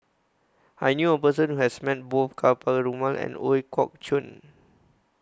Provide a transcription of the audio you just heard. I knew A Person Who has Met Both Ka Perumal and Ooi Kok Chuen